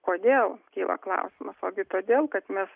kodėl kyla klausimas ogi todėl kad mes